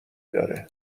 داره